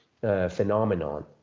phenomenon